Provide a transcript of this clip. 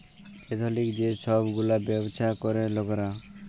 এথলিক যে ছব গুলা ব্যাবছা ক্যরে লকরা